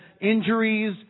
injuries